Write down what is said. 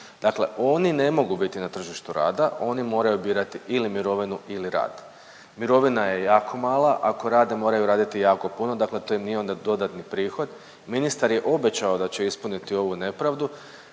dakle oni ne mogu biti na tržištu rada, oni moraju birati ili mirovinu ili rad. Mirovina je jako mala, ako rade moraju raditi jako puno, dakle to im nije onda dodatni prihod. Ministar je obećao da će ispuniti ovu nepravdu,